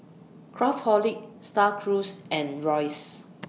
Craftholic STAR Cruise and Royce